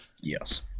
Yes